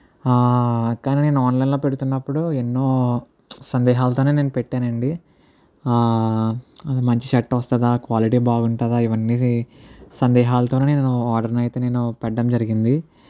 కానీ నేను ఆన్లైన్లో పెడుతున్నప్పుడు ఎన్నో సందేహాలతోనే నేను పెట్టాను అండి మంచి షర్టు వస్తుందా క్వాలిటీ బాగుంటుందా ఇవన్నీ సందేహాలతోనే నేను ఆర్డర్ని అయితే నేను పెట్టడం జరిగింది